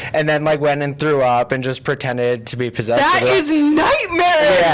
and then like went and threw up, and just pretended to be possessed. that is nightmare!